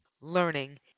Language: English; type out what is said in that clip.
learning